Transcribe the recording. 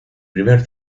primer